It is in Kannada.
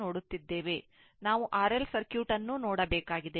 ನಾವು RL ಸರ್ಕ್ಯೂಟ್ ಅನ್ನೂ ನೋಡಬೇಕಾಗಿದೆ